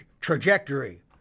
trajectory